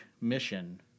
mission